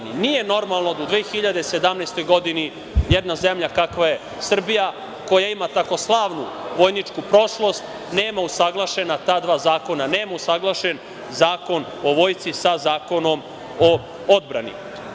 Nije normalno da u 2017. godini jedna zemlja kakva je Srbija koja ima tako slavnu vojničku prošlost nema usaglašena ta dva zakona, nema usaglašen Zakon o Vojsci sa Zakonom o odbrani.